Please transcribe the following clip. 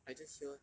I just hear